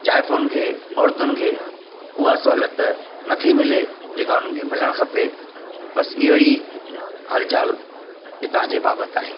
जाइफ़ुनि खे औरतुनि खे उहा सहुलियत नथी मिले जेका उन्हनि खे मिलण खपे बस इहो ई हालु चालु हितां जे बाबतु आहे